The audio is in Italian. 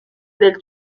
del